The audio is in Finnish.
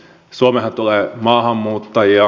suomeenhan tulee maahanmuuttajia